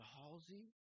Halsey